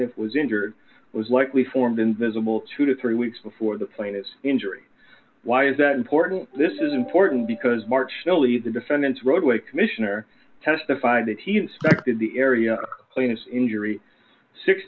plaintiff was injured was likely formed invisible two to three weeks before the plane is injury why is that important this is important because marcelli the defendant's roadway commissioner testified that he inspected the area clean his injury six